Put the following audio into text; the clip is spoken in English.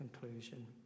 conclusion